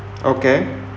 okay